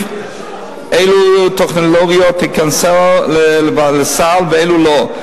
אילו טכנולוגיות ייכנסו לסל ואילו לא.